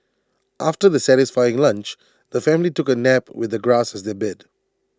after the satisfying lunch the family took A nap with the grass as their bed